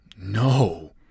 No